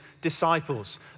disciples